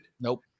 Nope